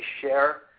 share